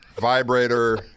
vibrator